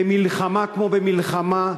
במלחמה כמו במלחמה,